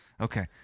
Okay